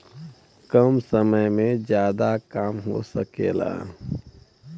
कम समय में जादा काम हो सकला